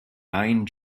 nine